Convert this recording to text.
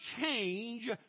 change